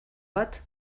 bat